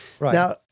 Now